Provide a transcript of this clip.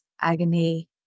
agony